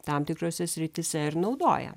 tam tikrose srityse ir naudoja